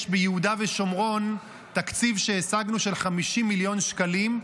יש ביהודה ושומרון תקציב שהשגנו של 50 מיליון שקלים,